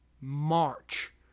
march